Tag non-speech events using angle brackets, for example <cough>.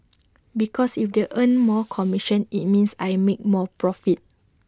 because if they earn <noise> more commission IT means I make more profit